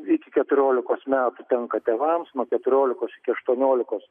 iki keturiolikos metų tenka tėvams nuo keturiolikos iki aštuoniolikos